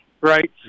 right